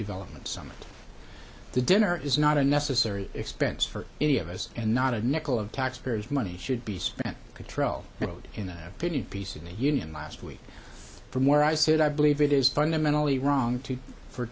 developments on the dinner is not a necessary expense for any of us and not a nickel of taxpayers money should be spent patrol in a pitted piece of the union last week from where i sit i believe it is fundamentally wrong too for